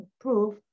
proof